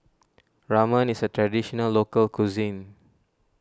Ramen is a Traditional Local Cuisine